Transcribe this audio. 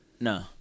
No